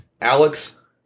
Alex